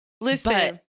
Listen